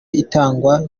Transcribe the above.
itangwa